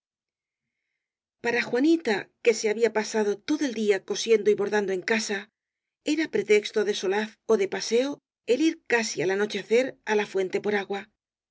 para juanita que se había pasado todo el día co siendo y bordando en casa era pretexto de solaz ó de paseo el ir casi al anochecer á la fuente por agua